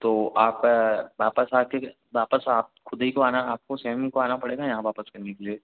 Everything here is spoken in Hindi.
तो आप वापस आकर ग वापस आप खुद ही को आना है आपको स्वयं को आना पड़ेगा यहाँ वापस करने के लिए